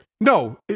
No